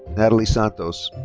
natalie santos.